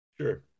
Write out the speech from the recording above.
Sure